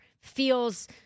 feels